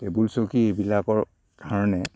table চকী এইবিলাকৰ কাৰণে